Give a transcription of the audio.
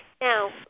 Now